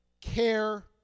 care